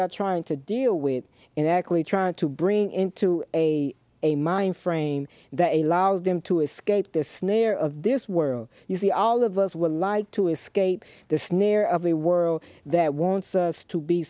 are trying to deal with and actually trying to bring into a a mind frame that a loud them to escape this nature of this world you see all of us will lie to escape the snare of the world that wants us to be